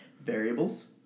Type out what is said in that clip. Variables